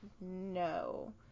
no